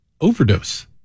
overdose